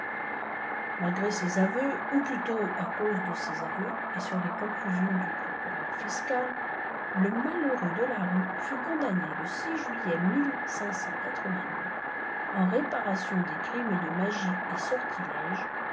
malgré ces aveux ou plutôt à cause de ces aveux et sur les lïohclusions du procureur fiscal le malheureux de larue fut cbiidamné le juillet en réparation des crimes de marie et sortilège